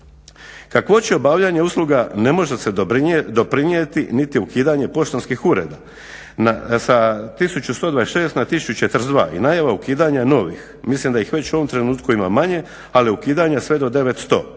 Kakvoći obavljanja usluga ne može doprinijeti niti ukidanje poštanskih ureda, sa 1126 na 1042 i najava ukidanja novih. Mislim da ih već u ovom trenutku ima manje ali ukidanja sve do 900